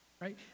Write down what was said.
Right